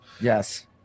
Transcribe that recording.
Yes